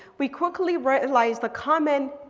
we quickly realize the common